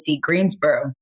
Greensboro